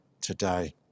today